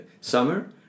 summer